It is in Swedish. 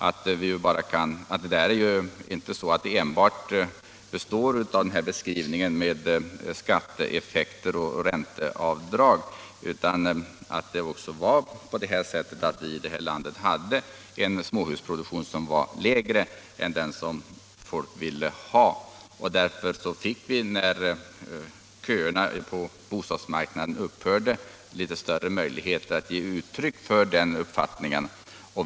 Efterfrågan på småhus kan ju inte förklaras enbart med skatteeffekter och ränteavdrag utan också av det förhållandet att vi tidigare här i landet hade en småhusproduktion som var lägre än den folk ville ha. När köerna på bostadsmarknaden upphörde fick man därför större möjligheter att ge uttryck för sina önskemål.